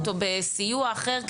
או בסיוע אחר,